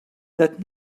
that